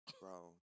bro